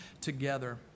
together